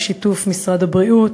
בשיתוף משרד הבריאות,